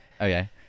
Okay